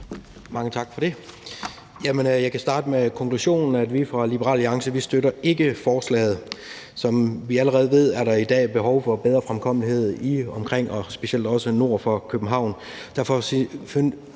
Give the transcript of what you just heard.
Mange tak for det. Jeg kan starte med konklusionen, som er, at vi fra Liberal Alliance ikke støtter forslaget. Som vi allerede ved, er der i dag behov for bedre fremkommelighed i, omkring og specielt også nord for København.